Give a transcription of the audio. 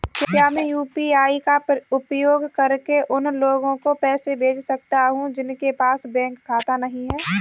क्या मैं यू.पी.आई का उपयोग करके उन लोगों को पैसे भेज सकता हूँ जिनके पास बैंक खाता नहीं है?